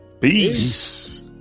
peace